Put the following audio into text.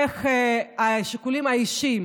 איך השיקולים האישיים